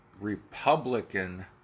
Republican